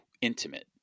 intimate